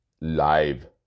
live